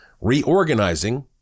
reorganizing